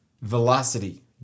Velocity